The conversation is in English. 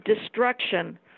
destruction